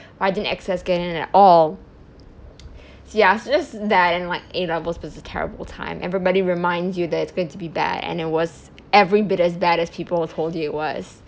why didn't X X get in at all ya so just that and like A levels was a terrible time everybody reminds you that it's going to be bad and it was every bit as bad as people who told you it was